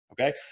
Okay